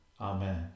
Amen